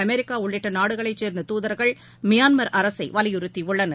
அமெரிக்காஉள்ளிட்டநாடுகளைச் சேர்ந்ததுாதர்கள் மியான்மர் அரசைவலியுறுத்தியுள்ளனர்